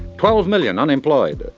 twelve million unemployed.